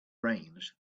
brains